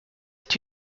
est